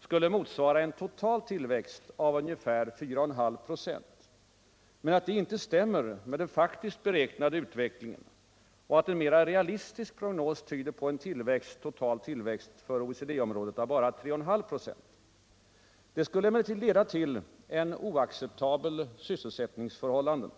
skulle motsvara en total tillväxt på ungefär 4,5 ?5, men att detta inte stämmer med den beräknade utvecklingen och att en mera realistisk prognos tyder på en total tillväxt inom OECD området på bara 3,5 25. Detta skulle emellertid leda till oacceptabla sysselsättningsförhållanden.